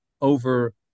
over